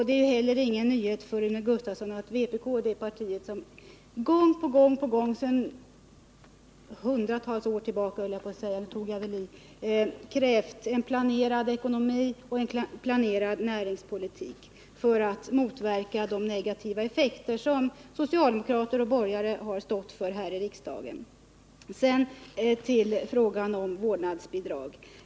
Det är heller ingen nyhet för Rune Gustavsson att vpk är det parti som gång på gång — sedan hundratals år höll jag på att säga men då tog jag väl i — krävt en planerad ekonomi och en planerad näringspolitik för att motverka de negativa effekter som socialdemokrater och borgare stått för här i riksdagen. Sedan till frågan om vårdnadsbidrag!